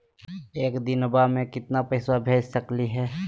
एक दिनवा मे केतना पैसवा भेज सकली हे?